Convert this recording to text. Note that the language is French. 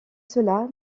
cela